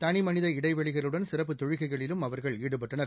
தளி மனித இடைவெளிகளுடன் சிறப்பு தொழுகைகளிலும் அவர்கள் ஈடுபட்டனர்